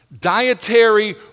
Dietary